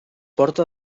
porta